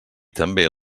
també